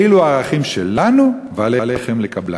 אלו הערכים שלנו ועליכם לקבלם".